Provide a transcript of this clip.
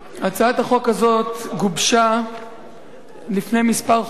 הצעת החוק הזאת גובשה לפני חודשים מספר,